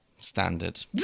Standard